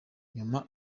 nyuma